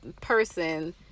person